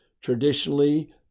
traditionally